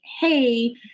hey